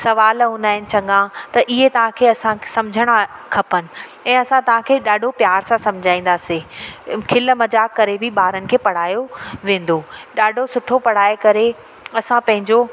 सुवाल हूंदा आहिनि चङा त इहे तव्हांखे असांखे सम्झणा खपनि ऐं असां तव्हांखे ॾाढो प्यार सां सम्झाईंदासीं खिल मज़ाक करे बि ॿारनि खे पढ़ायो वेंदो ॾाढो सुठो पढ़ाए करे असां पंहिंजो